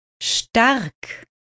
stark